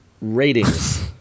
Ratings